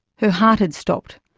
her heart had stopped.